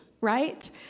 right